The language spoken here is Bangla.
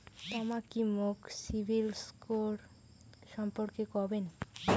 তমা কি মোক সিবিল স্কোর সম্পর্কে কবেন?